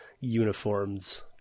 uniforms